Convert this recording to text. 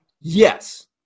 Yes